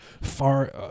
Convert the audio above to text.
far